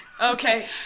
Okay